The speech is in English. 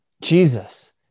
Jesus